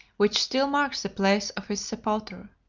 which still marks the place of his sepulture.